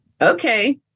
okay